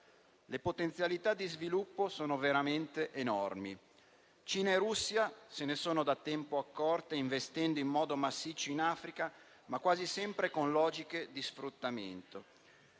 Le potenzialità di sviluppo sono veramente enormi, Cina e Russia se ne sono da tempo accorte investendo in modo massiccio in Africa, ma quasi sempre con logiche di sfruttamento.